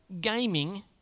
gaming